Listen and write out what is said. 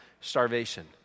starvation